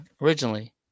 Originally